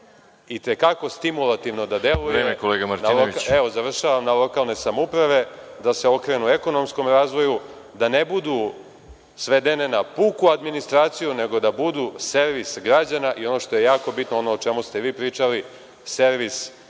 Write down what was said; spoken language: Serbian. Vreme. **Aleksandar Martinović** … na lokalne samouprave, da se okrenu ekonomskom razvoju, da ne budu svedene na puku administraciju, nego da budu servis građana i ono što je jako bitno, ono o čemu ste vi pričali, servis